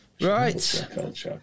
Right